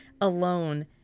alone